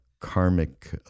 karmic